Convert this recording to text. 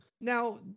Now